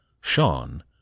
Sean